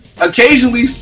occasionally